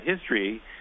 history